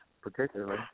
particularly